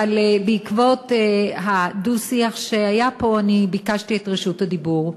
אבל בעקבות הדו-שיח שהיה פה אני ביקשתי את רשות הדיבור.